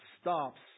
stops